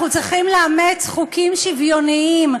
אנחנו צריכים לאמץ חוקים שוויוניים,